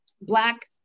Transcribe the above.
black